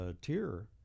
tier